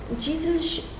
Jesus